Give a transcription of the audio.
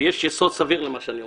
ויש יסוד סביר למה שאני אומר,